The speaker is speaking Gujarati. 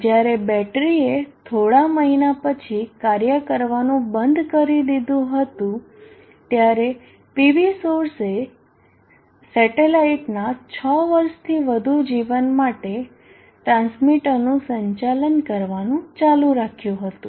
જ્યારે બેટરી એ થોડા મહિના પછી કાર્ય કરવાનું બંધ કરી દીધુ હતું ત્યારે PV સોર્સ એ સેટેલાઇટના છ વર્ષથી વધુ જીવન માટે ટ્રાન્સમિટરનું સંચાલન કરવાનું ચાલુ રાખ્યું હતું